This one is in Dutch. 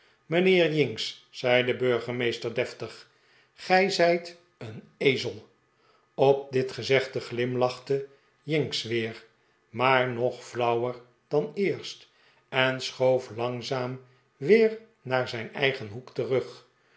mijnheer jinks zei de burgemeester deftig gij zijt een ezel op dit gezegde glimlachte jinks weer maar nog flauwer dan eerst en schoof langzaam weer naar zijn eigen hoek terug